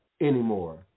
anymore